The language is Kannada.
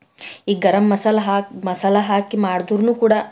ಈಗ ಗರಂ ಮಸಾಲ ಹಾಕಿ ಮಸಾಲ ಹಾಕಿ ಮಾಡಿದ್ರೂ ಕೂಡ